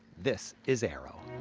this is aero.